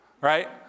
right